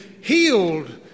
healed